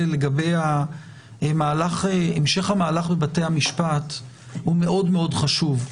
לגבי המשך המהלך בבתי המשפט הם מאוד חשובים.